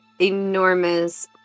enormous